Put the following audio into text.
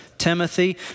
Timothy